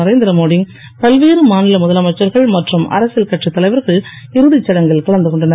நரேந்திரமோடி பல்வேறு மாநில முதலமைச்சர்கன் மற்றும் அரசியல் கட்சி தலைவர்கள் இறுதி சடங்கில் கலந்து கொண்டனர்